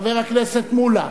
חבר הכנסת מולה,